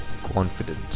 confident